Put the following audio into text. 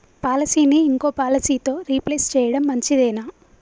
పాలసీని ఇంకో పాలసీతో రీప్లేస్ చేయడం మంచిదేనా?